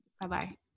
Bye-bye